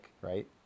right